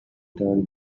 turned